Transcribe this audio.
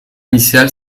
initiale